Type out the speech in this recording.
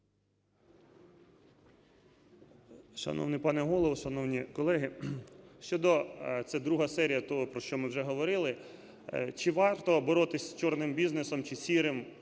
Шановний пане Голово, шановні колеги! Щодо… це друга серія того, про що ми вже говорили. Чи варто борися з "чорним" бізнесом чи "сірим"?